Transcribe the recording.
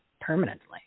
permanently